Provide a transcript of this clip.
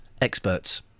Experts